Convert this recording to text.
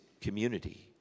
community